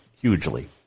hugely